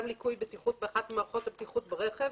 ליקוי בטיחות באחת ממערכות הבטיחות ברכב